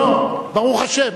לא, ברוך השם.